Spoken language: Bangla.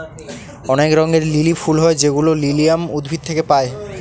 অনেক রঙের লিলি ফুল হয় যেগুলো লিলিয়াম উদ্ভিদ থেকে পায়